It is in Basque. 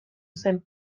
zen